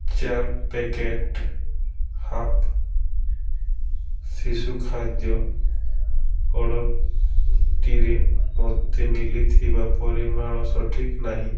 ଚାରି ପ୍ୟାକେଟ୍ ହାପ୍ପା ଶିଶୁ ଖାଦ୍ୟ ଅର୍ଡ଼ର୍ଟିରେ ମୋତେ ମିଳିଥିବା ପରିମାଣ ସଠିକ୍ ନାହିଁ